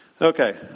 Okay